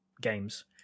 games